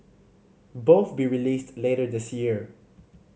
both be released later this year